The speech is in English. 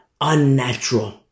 unnatural